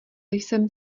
jsem